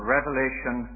Revelation